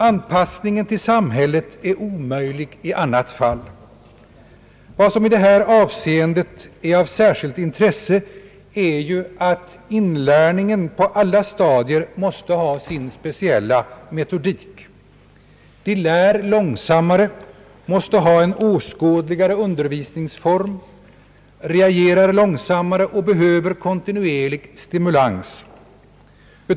Anpassningen = till samhället blir i annat fall omöjlig. Vad som i detta avseende har särskilt intresse är att inlärningen på alla stadier kräver sin speciella metodik. De lär långsammare, måste ha en åskådligare undervisningsform, reagerar långsammare och behöver kontinuerlig stimulans.